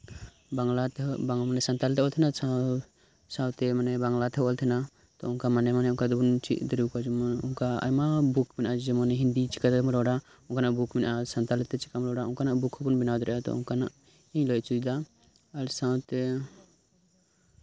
ᱵᱟᱝᱞᱟ ᱛᱮᱦᱚᱸ ᱢᱟᱱᱮ ᱥᱟᱱᱛᱟᱞᱤᱛᱮ ᱚᱞ ᱛᱟᱦᱮᱱᱟ ᱥᱟᱶᱛᱮ ᱵᱟᱝᱞᱟ ᱛᱮᱦᱚᱸ ᱚᱞ ᱛᱟᱦᱮᱱᱟ ᱛᱚ ᱢᱟᱱᱮ ᱢᱟᱱᱮ ᱚᱱᱠᱟ ᱫᱚᱵᱚᱱ ᱪᱮᱫ ᱫᱟᱲᱮ ᱟᱠᱚᱣᱟ ᱚᱱᱠᱟ ᱟᱭᱢᱟ ᱵᱩᱠ ᱢᱮᱱᱟᱜᱼᱟ ᱡᱮᱢᱚᱱ ᱦᱤᱱᱫᱤ ᱪᱤᱠᱟᱛᱮᱢ ᱨᱚᱲᱟ ᱚᱱᱠᱟᱱᱟᱜ ᱵᱩᱠ ᱢᱮᱱᱟᱜᱼᱟ ᱥᱟᱱᱛᱟᱞᱤᱛᱮ ᱪᱮᱠᱟᱢ ᱨᱚᱲᱟ ᱚᱱᱠᱟᱱᱟᱜ ᱵᱩᱠ ᱦᱚᱵᱚᱱ ᱵᱮᱱᱟᱣ ᱫᱟᱲᱮᱭᱟᱜᱼᱟ ᱚᱱᱠᱟᱱᱟᱜ ᱜᱤᱧ ᱞᱟᱹᱭ ᱦᱚᱪᱚ ᱮᱫᱟ ᱟᱨ ᱥᱟᱶᱛᱮ